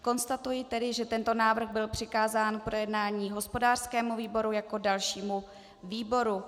Konstatuji tedy, že tento návrh byl přikázán k projednání hospodářskému výboru jako dalšímu výboru.